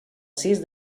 sis